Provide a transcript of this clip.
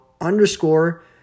underscore